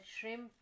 shrimp